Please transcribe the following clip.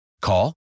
Call